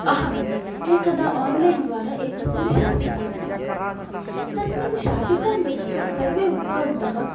अहम् एकदा आन्लैन् द्वारा एकस्मिन् शाटिकां क्रीणितवती तस्मिन् शाटिकां दृष्टा सर्वे उक्तवन्तः